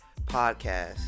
podcast